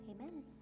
Amen